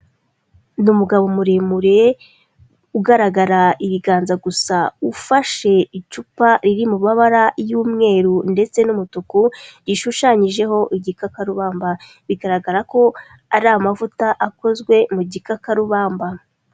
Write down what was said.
Ni umugabo muremure ugaragara ibiganza gusa, ufashe icupa riri mu mabara y'umweru ndetse n'umutuku, rishushanyijeho igikakarubamba. Bigaragara ko ari amavuta akozwe mu gikakarubamba.